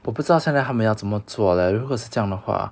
我不知道现在他么要怎么做 leh 如果是这样的话